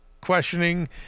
questioning